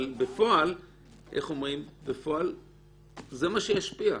אבל בפועל זה מה שישפיע.